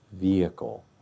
vehicle